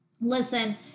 listen